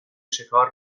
شکار